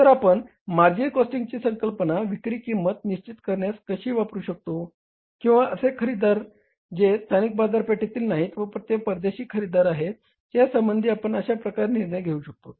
तर आपण मार्जिनल कॉस्टिंगची संकल्पना विक्री किंमत निश्चित करण्यास कशी वापरू शकतो किंवा असे खरेदीदार जे स्थानिक बाजारपेठेतील नाहीत व ते परदेशी खरेदीदार आहेत या संबंधी आपण अशा प्रकारे निर्णय घेऊ शकतोत